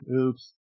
Oops